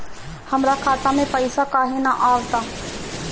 हमरा खाता में पइसा काहे ना आव ता?